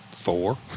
Four